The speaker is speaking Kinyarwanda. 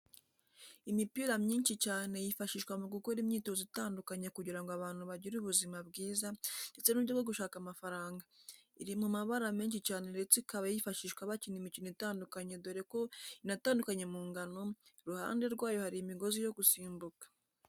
Imipira myinshi cyane yifashishwa mu gukora imyitozo itandukanye kugira ngo abantu bagire ubuzima bwiza ndetse n'uburyo bwo gushaka amafaranga, iri mu mabara menshi cyane ndetse ikaba yifashishwa bakina imikino itandukanye dore ko inatandukanye mu ngano, iruhande rwayo hari imigozi yo gusimbuka.